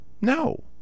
No